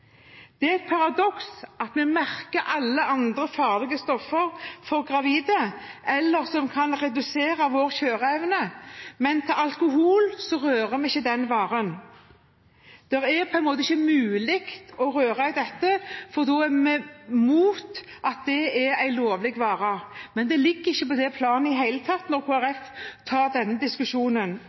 Det er et paradoks at vi merker alle andre farlige stoffer for gravide, eller som kan redusere vår kjøreevne, men alkoholvaren rører vi ikke. Det er på en måte ikke mulig å røre den, for da er vi imot at det er en lovlig vare. Men det ligger ikke på det planet i det hele tatt når Kristelig Folkeparti tar denne diskusjonen.